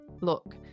look